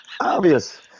Obvious